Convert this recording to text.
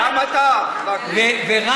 גם אתה, וקנין.